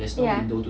ya